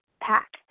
pack